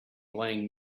playing